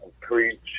Preach